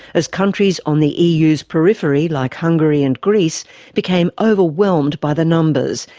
as countries on the eu's periphery like hungary and greece became overwhelmed by the numbers,